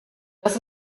das